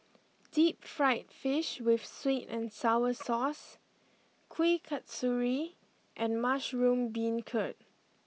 Deep Fried Fish with Sweet and Sour Sauce Kuih Kasturi and Mushroom Beancurd